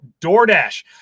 DoorDash